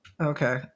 Okay